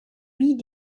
wie